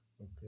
Okay